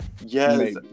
Yes